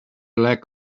lack